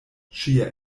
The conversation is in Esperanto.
ŝia